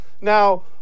Now